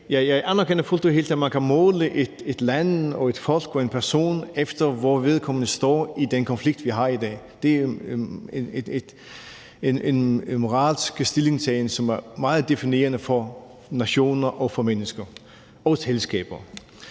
Jeg anerkender fuldt og helt, at man kan måle et land og et folk og en person efter, hvor vedkommende står i den konflikt, vi har i dag. Det er en moralsk stillingtagen, som er meget definerende for nationer og for mennesker og selskaber.